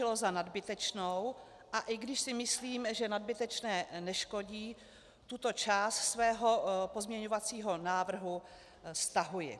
A i když si myslím, že nadbytečné neškodí, tuto část svého pozměňovacího návrhu stahuji.